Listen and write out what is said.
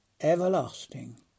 everlasting